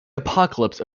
apocalypse